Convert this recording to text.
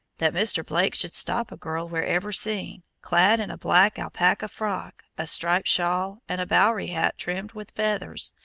that mr. blake should stop a girl wherever seen, clad in a black alpaca frock, a striped shawl and a bowery hat trimmed with feathers,